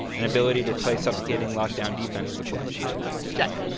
and ability to play suffocating lockdown defense is a plus check